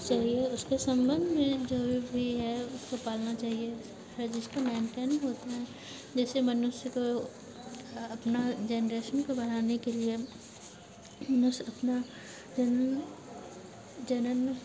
चाहिए उसके संबंध में जो भी है उसको पालना चाहिए हर चीज का मेनटेन होता है जैसे मनुष्य को अपना जनरेशन को बढ़ाने के लिए मनुष्य अपना जन जनन